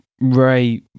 Ray